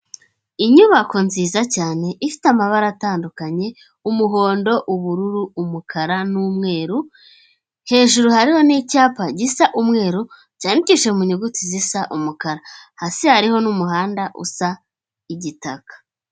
Inyubako nziza cyane ifite amabara atandukanye, umuhondo, ubururu, umukara n'umweru, hejuru hari n'icyapa gisa umweru, cyandikisheje munyuguti zisa umukara, hasi hariho n'umuhanda usa igitaka.